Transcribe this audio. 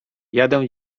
jadę